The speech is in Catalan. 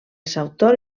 sautor